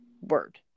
word